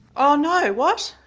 oh no what,